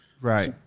Right